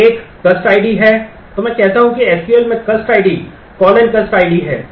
तो एक कस्ट आईडी है